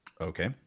Okay